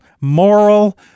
moral